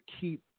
keep